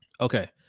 Okay